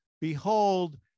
Behold